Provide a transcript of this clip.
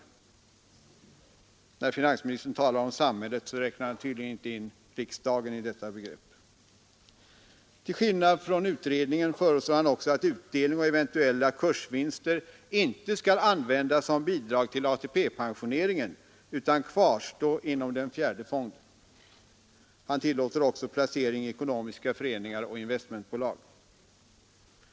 När finansministern talar om samhället räknar han tydligen inte in riksdagen i detta begrepp. Till skillnad från utredningen föreslår han också att utdelning och eventuella kursvinster inte skall användas som bidrag till ATP-pensioneringen utan kvarstå inom den fjärde fonden. Han tillåter också placering i ekonomiska föreningar och investmentbolag.